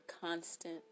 constant